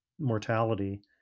mortality